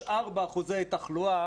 4 תחלואה,